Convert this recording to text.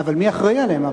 אבל מי אחראי להם?